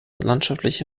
landschaftliche